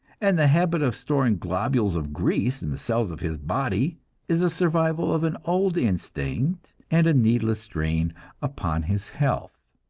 and the habit of storing globules of grease in the cells of his body is a survival of an old instinct, and a needless strain upon his health.